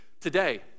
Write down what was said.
today